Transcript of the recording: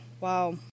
wow